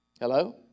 Hello